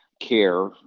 care